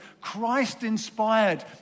Christ-inspired